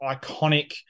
iconic